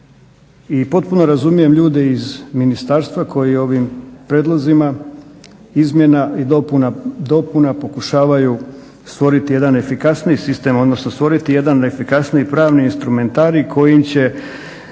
I potpuno razumijem ljude iz ministarstva koji ovim prijedlozima izmjena i dopuna pokušavaju stvoriti jedan efikasniji sistem, stvoriti jedan efikasniji pravni instrumentarij kojim će